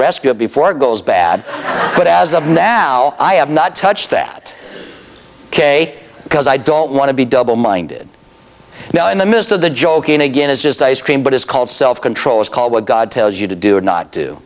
rescue it before it goes bad but as of now i have not touched that ok because i don't want to be double minded now in the midst of the joking again is just ice cream but it's called self control it's called what god tells you to do not do